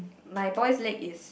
my boys leg is